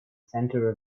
center